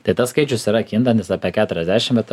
tai tas skaičius yra kintantis apie keturiasdešim bet